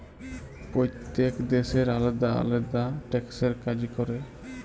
প্যইত্তেক দ্যাশের আলেদা আলেদা ট্যাক্সের কাজ ক্যরে